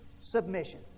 submission